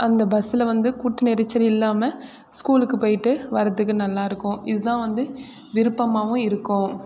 அந்த பஸ்ஸில் வந்து கூட்ட நெரிச்சல் இல்லாமல் ஸ்கூலுக்கு போயிவிட்டு வரதுக்கு நல்லாருக்கும் இது தான் வந்து விருப்பமாகவும் இருக்கும் அந்த